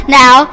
now